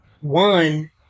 one